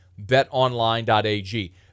betonline.ag